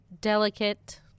delicate